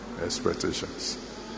expectations